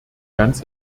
ganz